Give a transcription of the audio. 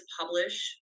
publish